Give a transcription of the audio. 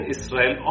Israel